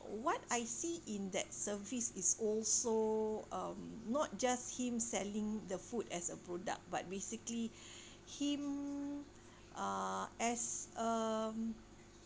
what I see in that service is also um not just him selling the food as a product but basically him uh as um